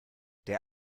der